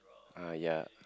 uh ya